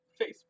Facebook